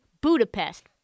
Budapest